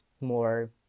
more